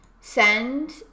send